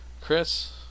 Chris